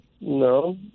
No